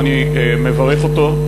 ואני מברך אותו.